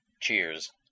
Cheers